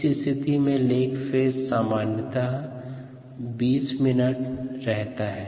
इस स्थिति में लेग फेज सामान्यतः 20 मिनट तक रहता है